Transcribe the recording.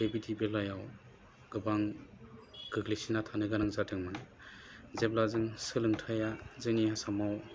बेबायदि बेलायाव गोबां गोग्लैसोना थानो गोनां जादोंमोन जेब्ला जों सोलोंथाइया जोंनि आसामाव